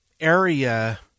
area